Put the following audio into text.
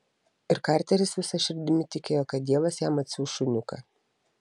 ir karteris visa širdimi tikėjo kad dievas jam atsiųs šuniuką